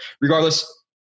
regardless